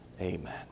amen